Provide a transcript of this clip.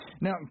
Now